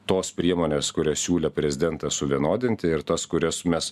tos priemonės kurias siūlė prezidentas suvienodinti ir tas kurias mes